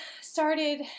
started